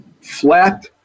flat